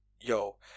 yo